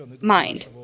mind